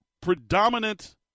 predominant